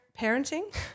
parenting